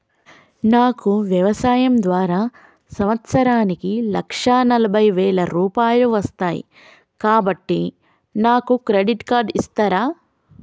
నాకు వ్యవసాయం ద్వారా సంవత్సరానికి లక్ష నలభై వేల రూపాయలు వస్తయ్, కాబట్టి నాకు క్రెడిట్ కార్డ్ ఇస్తరా?